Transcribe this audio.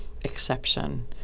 exception